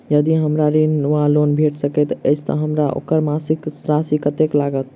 यदि हमरा ऋण वा लोन भेट सकैत अछि तऽ हमरा ओकर मासिक राशि कत्तेक लागत?